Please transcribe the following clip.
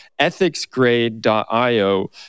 ethicsgrade.io